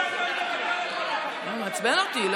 עצבן אותי.